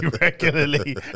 regularly